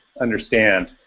understand